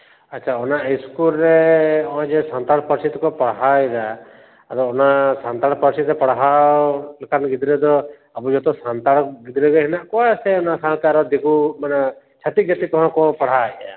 ᱟᱪᱪᱷᱟ ᱚᱱᱟ ᱤᱥᱠᱩᱞ ᱨᱮ ᱱᱚᱜᱼᱚᱭ ᱡᱮ ᱥᱟᱱᱛᱟᱲ ᱯᱟᱹᱨᱥᱤ ᱛᱮᱠᱚ ᱯᱟᱲᱦᱟᱣ ᱮᱫᱟ ᱟᱫᱚ ᱚᱱᱟ ᱥᱟᱱᱛᱟᱲ ᱯᱟᱹᱨᱥᱤ ᱛᱮ ᱯᱟᱲᱦᱟᱣ ᱞᱮᱠᱟᱱ ᱜᱤᱫᱽᱨᱟᱹ ᱫᱚ ᱟᱵᱚ ᱡᱚᱛᱚ ᱥᱟᱱᱛᱟᱲ ᱜᱤᱫᱽᱨᱟᱹ ᱜᱮ ᱦᱮᱱᱟᱜ ᱠᱚᱣᱟ ᱥᱮ ᱚᱱᱟ ᱥᱟᱶᱛᱮ ᱟᱨᱚ ᱫᱤᱠᱩ ᱢᱟᱱᱮ ᱪᱷᱟᱹᱛᱤᱠ ᱡᱟᱹᱛᱤ ᱠᱚᱦᱚᱸ ᱠᱚ ᱯᱟᱲᱦᱟᱣᱮᱫᱼᱟ